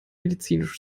medizinisch